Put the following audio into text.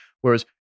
Whereas